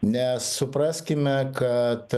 nes supraskime kad